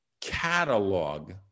catalog